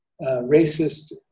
racist